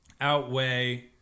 outweigh